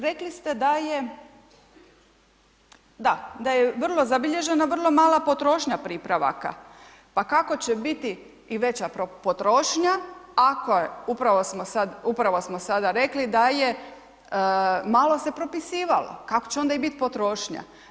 Rekli ste da je, da, da je vrlo zabilježena vrlo mala potrošnja pripravaka, pa kako će biti i veća potrošnja ako je, upravo smo sada rekli, da je malo se propisivalo, kako će onda i bit potrošnja?